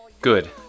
Good